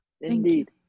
indeed